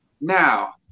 now